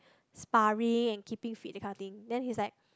sparring and keeping fit that kind of thing then he's like